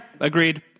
agreed